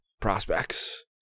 prospects